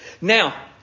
Now